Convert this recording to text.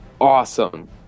awesome